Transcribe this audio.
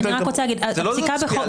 אני מגיש אזרחי,